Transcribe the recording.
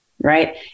Right